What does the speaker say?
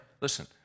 listen